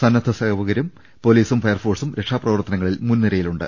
സന്നദ്ധ സേവകരും പൊലീസും ഫയർഫോഴ്സും രക്ഷാപ്രവർത്തനങ്ങളിൽ മുൻനിരയിലുണ്ട്